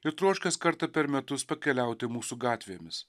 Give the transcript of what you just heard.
ir troškęs kartą per metus pakeliauti mūsų gatvėmis